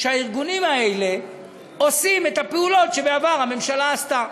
והארגונים האלה עושים את הפעולות שבעבר הממשלה עשתה.